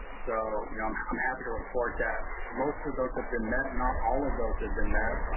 so, you know, i'm happy to report that most of those have been met, not all of those have been met.